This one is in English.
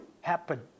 happen